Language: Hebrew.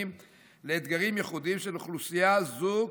פרטניים לאתגרים ייחודיים של אוכלוסייה זו,